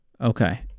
Okay